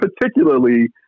particularly